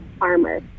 armor